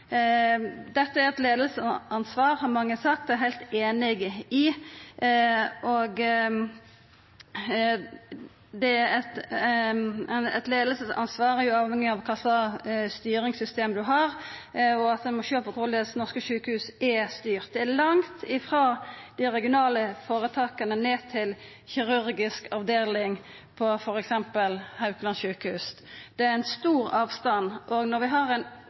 Dette er eit leiaransvar, har mange sagt, og det er eg heilt einig i. Det er eit leiaransvar, uavhengig av kva slags styringssystem ein har. Ein må sjå på korleis norske sjukehus er styrte. Det er langt frå dei regionale føretaka til kirurgisk avdeling på t.d. Haukeland sjukehus. Det er ein stor avstand. Og når vi har ein